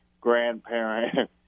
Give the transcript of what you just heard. grandparent